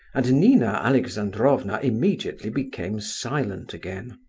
and nina alexandrovna immediately became silent again.